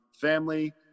family